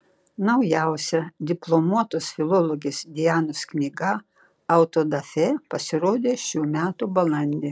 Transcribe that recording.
naujausia diplomuotos filologės dianos knyga autodafė pasirodė šių metų balandį